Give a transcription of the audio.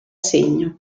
segno